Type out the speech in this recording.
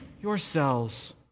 yourselves